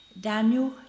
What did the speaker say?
Daniel